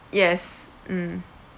yes mm